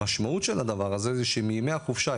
המשמעות של הדבר הזה זה שמימי החופשה,